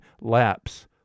lapse